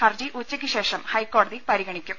ഹർജി ഉച്ചയ്ക്കു ശേഷം ഹൈക്കോടതി പരിഗണിക്കും